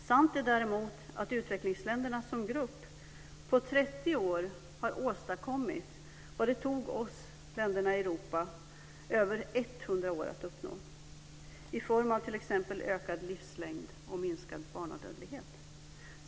Sant är däremot att utvecklingsländerna som grupp på 30 år har åstadkommit vad det tog oss - länderna i Europa - över 100 år att uppnå, i form av t.ex. ökad livslängd och minskad barnadödlighet.